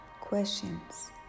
questions